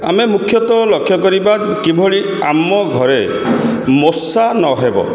ଆମେ ମୁଖ୍ୟତଃ ଲକ୍ଷ୍ୟ କରିବା କିଭଳି ଆମ ଘରେ ମଶା ନହେବ